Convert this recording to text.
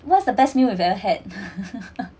what's the best meal with you ever had